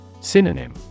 Synonym